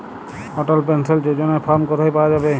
অটল pension যোজনার form কোথায় পাওয়া যাবে?